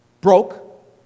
broke